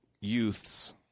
youths